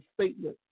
statement